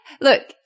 look